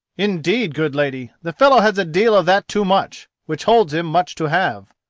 indeed, good lady, the fellow has a deal of that too much which holds him much to have.